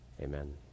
Amen